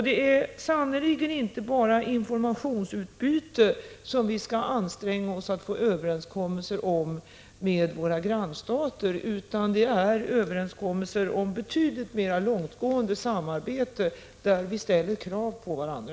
Det är sannerligen inte enbart informationsutbyte som vi skall anstränga oss att få överenskommelser om med våra grannstater utan det är överenskommelser om betydligt mer långtgående samarbete där vi ömsesidigt ställer krav på varandra.